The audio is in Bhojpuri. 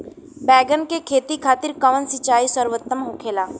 बैगन के खेती खातिर कवन सिचाई सर्वोतम होखेला?